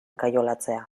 kaiolatzea